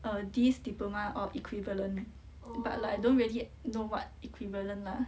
err these diploma or equivalent but like I don't really know what equivalent lah